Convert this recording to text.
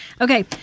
Okay